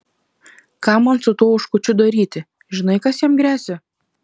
ką man su tuo oškučiu daryti žinai kas jam gresia